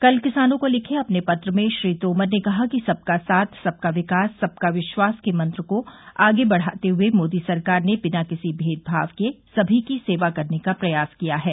कल किसानों को लिखे अपने पत्र में श्री तोमर ने कहा कि सबका साथ सबका विकास सबका विश्वास के मंत्र को आगे बढ़ाते हुए मोदी सरकार ने बिना किसी मेदभाव के सभी की सेवा करने का प्रयास किया है